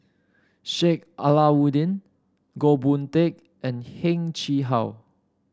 Sheik Alau'ddin Goh Boon Teck and Heng Chee How